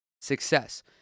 success